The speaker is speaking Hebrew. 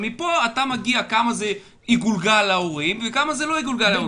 מפה אתה מגיע לכמה יגולגל להורים וכמה לא יגולגל להורים.